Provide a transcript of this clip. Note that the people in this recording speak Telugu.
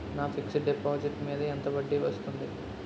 నా ఫిక్సడ్ డిపాజిట్ మీద ఎంత వడ్డీ వస్తుంది?